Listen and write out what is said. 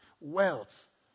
wealth